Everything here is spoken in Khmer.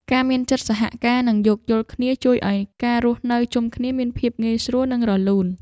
ការមានចិត្តសហការ និងយោគយល់គ្នាជួយឱ្យការរស់នៅជុំគ្នាមានភាពងាយស្រួល និងរលូន។